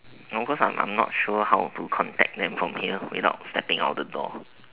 no cause I'm I am not sure how to contact them from here without stepping out the door